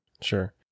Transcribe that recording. Sure